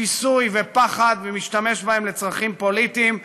שיסוי ופחד ומשתמש בהם לצרכים פוליטיים.